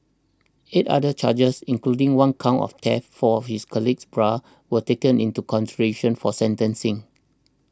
eight other charges including one count of theft for his colleague's bra were taken into consideration for sentencing